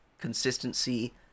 consistency